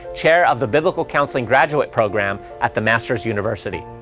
chair of the biblical counseling graduate program at the master's university.